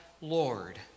Lord